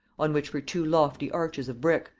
on which were two lofty arches of brick,